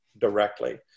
directly